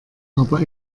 aber